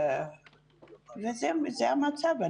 זה המצב.